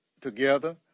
together